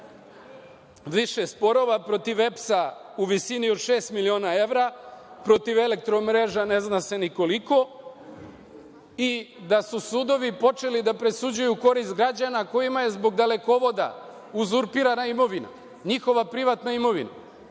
više sporova, protiv EPS-a u visini od 6 miliona evra, protiv Eelektromreža ne zna se ni koliko, i da su sudovi počeli da presuđuju u korist građana kojima je zbog dalekovoda uzurpirana imovina, njihova privatna imovina.